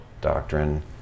doctrine